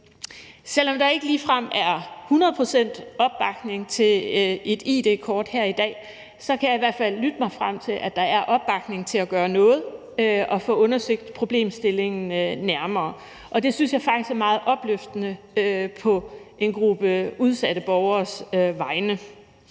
her i dag ikke ligefrem er hundrede procent opbakning til et id-kort, kan jeg i hvert fald lytte mig til, at der er opbakning til at gøre noget og få undersøgt problemstillingen nærmere, og det synes jeg på en gruppe udsatte borgernes vegne